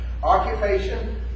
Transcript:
Occupation